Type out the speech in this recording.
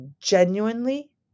genuinely